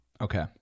Okay